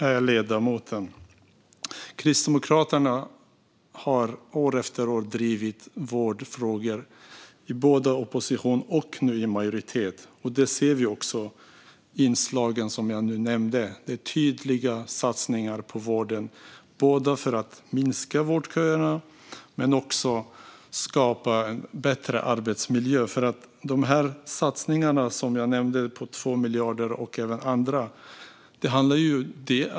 Fru talman! Kristdemokraterna har år efter år drivit vårdfrågor, både i opposition och nu i majoritet. Vi ser också de inslag som jag nyss nämnde - det görs tydliga satsningar på vården, både för att minska vårdköerna och för att skapa en bättre arbetsmiljö. Jag nämnde satsningar på 2 miljarder, och det finns även andra.